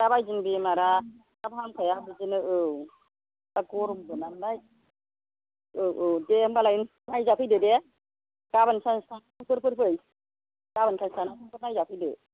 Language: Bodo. दाबायदिनि बेमारआ थाब हामखाया बिदिनो औ दा गरमबो नालाय औ औ दे होनबालाय नायजाफैदो दे गाबोन सानसे थानानै समफोर फै गाबोन सानसे थानानै समफोर नायजाफैदो